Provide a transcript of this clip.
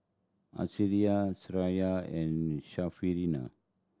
Syirah and Syarafina